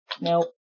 nope